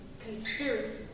Conspiracy